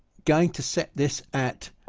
going to set this at